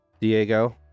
Diego